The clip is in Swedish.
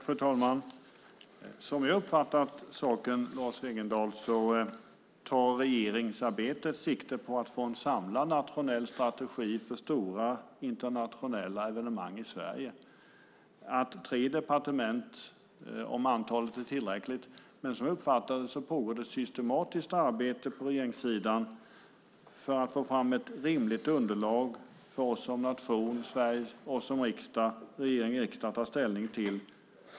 Fru talman! Som jag har uppfattat saken, Lars Wegendal, tar regeringsarbetet sikte på att få en samlad nationell strategi för stora internationella evenemang i Sverige. Det handlar om tre departement. Jag vet inte om antalet är tillräckligt, men som jag uppfattar det pågår det ett systematiskt arbete på regeringssidan för att få fram ett rimligt underlag för oss som nation som regering och riksdag ska ta ställning till.